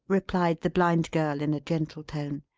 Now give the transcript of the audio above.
replied the blind girl, in a gentle tone.